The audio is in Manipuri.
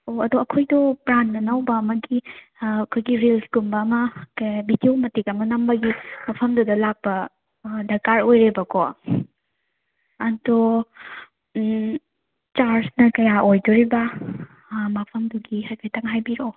ꯑꯣ ꯑꯩꯗꯣ ꯑꯩꯈꯣꯏꯗꯣ ꯄ꯭ꯂꯥꯟ ꯑꯅꯧꯕ ꯑꯃꯒꯤ ꯑꯩꯈꯣꯏꯒꯤ ꯔꯤꯜꯁꯀꯨꯝꯕ ꯑꯃ ꯚꯤꯗꯤꯑꯣ ꯃꯇꯦꯛ ꯑꯃ ꯅꯝꯕꯒꯤ ꯃꯐꯝꯗꯨꯗ ꯂꯥꯛꯄ ꯗꯔꯀꯥꯔ ꯑꯣꯏꯔꯦꯕꯀꯣ ꯑꯗꯣ ꯆꯥꯔꯖꯅ ꯀꯌꯥ ꯑꯣꯏꯗꯣꯏꯕ ꯃꯐꯝꯗꯨꯒꯤ ꯍꯥꯏꯐꯦꯠꯇꯪ ꯍꯥꯏꯕꯤꯔꯛꯑꯣ